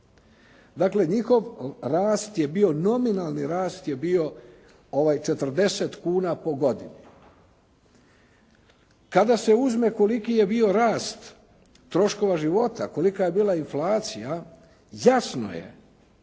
je bio, nominalni rast je bio 40 kuna po godini. Kada se uzme koliki je bio rast troškova života, kolika je bila inflacija, jasno je